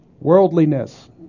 Worldliness